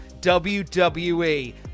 WWE